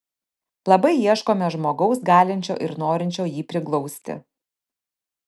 labai ieškome žmogaus galinčio ir norinčio jį priglausti